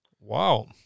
Wow